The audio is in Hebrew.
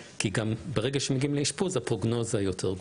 כי ברגע שמגיעים לאשפוז הפרוגנוזה יותר גרועה.